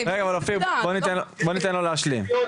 רגע, אופיר, בואו ניתן לו להשלים.